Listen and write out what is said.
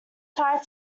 fire